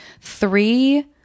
three